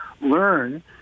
learn